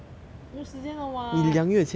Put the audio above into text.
没有时间了 [what]